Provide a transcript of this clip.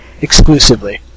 Exclusively